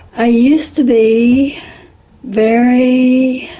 i used to be very